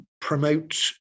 promote